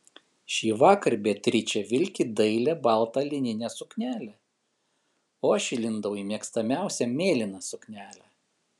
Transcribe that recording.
šįvakar beatričė vilki dailią baltą lininę suknelę o aš įlindau į mėgstamiausią mėlyną suknelę